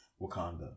Wakanda